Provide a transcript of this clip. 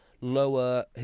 lower